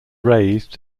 raised